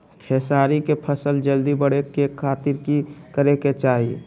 खेसारी के फसल जल्दी बड़े के खातिर की करे के चाही?